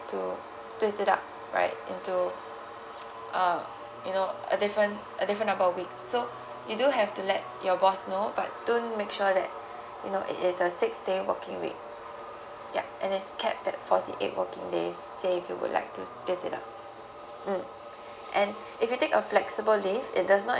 to split it up right into uh you know a different a different number of weeks so you do have to let your boss know but do make sure that you know it is a six day working week ya and it's capped at forty eight working days say ig you would like to split it up mm and if you take a flexible leave it does not